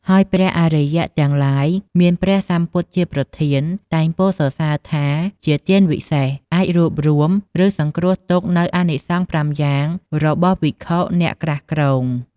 ហើយព្រះអរិយទាំងឡាយមានព្រះសម្ពុទ្ធជាប្រធាន តែងពោលសរសសើរថាជាទានវិសេស អាចរួបរួម ឬសង្គ្រោះទុកនូវអានិសង្ស៥យ៉ាងរបស់ភិក្ខុអ្នកក្រាលគ្រង។